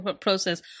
process